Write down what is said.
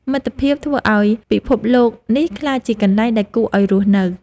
មិត្តភាពធ្វើឱ្យពិភពលោកនេះក្លាយជាកន្លែងដែលគួរឱ្យរស់នៅ។